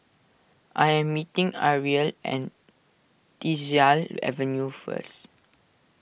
I am meeting Ariel and Tyersall Avenue first